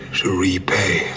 to repay